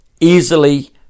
easily